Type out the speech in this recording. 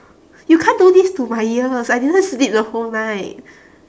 you can't do this to my ears I didn't sleep the whole night